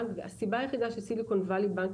הבנק היחיד שפעיל היום בישראל --- זה סיליקון ואלי בנק,